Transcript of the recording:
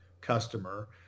customer